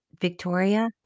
Victoria